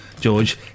George